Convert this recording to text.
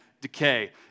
decay